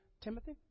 Timothy